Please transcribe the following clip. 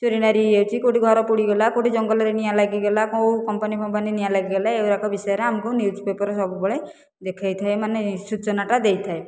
ଚୋରିନାରୀ ହୋଇଯାଉଛି କେଉଁଠି ଘର ପୋଡ଼ିଗଲା କେଉଁଠି ଜଙ୍ଗଲରେ ନିଆଁ ଲାଗିଗଲା କେଉଁ କମ୍ପାନୀ ଫମ୍ପାନୀରେ ନିଆଁ ଲାଗିଗଲା ଏଗୁଡ଼ାକ ବିଷୟରେ ଆମକୁ ନିୟୁଜ୍ ପେପର୍ ସବୁବେଳେ ଦେଖାଇଥାଏ ମାନେ ସୂଚନାଟା ଦେଇଥାଏ